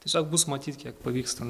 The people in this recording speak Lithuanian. tiesiog bus matyt kiek pavyks ten